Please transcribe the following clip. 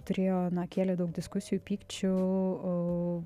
turėjo na kėlė daug diskusijų pykčių o